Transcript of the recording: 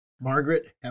Margaret